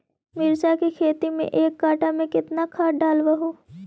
मिरचा के खेती मे एक कटा मे कितना खाद ढालबय हू?